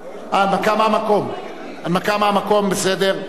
הנמקה מהמקום, בסדר.